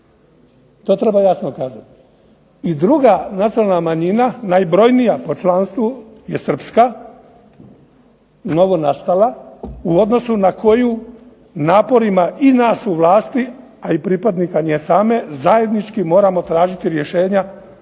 To treba jasno kazati. I druga nacionalna manjina, najbrojnija po članstvu je srpska, novonastala, u odnosu na koju naporima i nas u vlasti, a i pripadnika nje same zajednički moramo tražiti rješenja